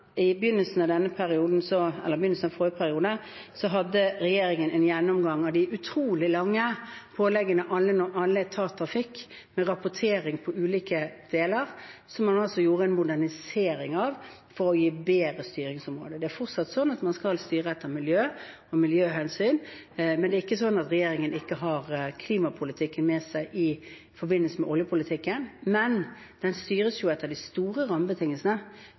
I begynnelsen av forrige periode hadde regjeringen en gjennomgang av de utrolig lange påleggene alle etater fikk, med rapportering på ulike deler, som man gjorde en modernisering av for å gi bedre styringsområder. Det er fortsatt sånn at man skal styre etter miljø og miljøhensyn. Det er ikke sånn at regjeringen ikke har klimapolitikken med seg i forbindelse med oljepolitikken, men den styres jo etter de store rammebetingelsene,